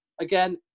again